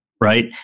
right